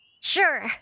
sure